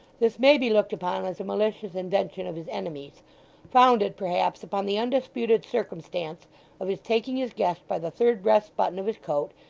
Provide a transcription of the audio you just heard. this may be looked upon as a malicious invention of his enemies founded, perhaps, upon the undisputed circumstance of his taking his guest by the third breast button of his coat,